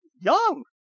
young